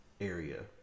area